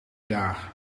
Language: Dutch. daar